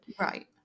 Right